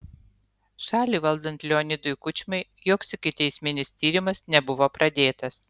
šalį valdant leonidui kučmai joks ikiteisminis tyrimas nebuvo pradėtas